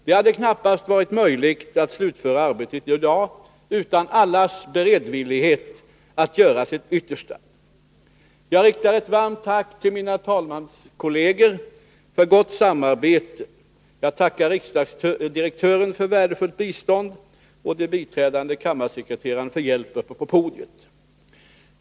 Det hade knappast varit möjligt att slutföra arbetet i dag utan allas beredvillighet att göra sitt yttersta. Jag riktar ett varmt tack till mina talmanskolleger för gott samarbete. Jag tackar riksdagsdirektören för värdefullt bistånd och de biträdande kammarsekreterarna för hjälp uppe på podiet.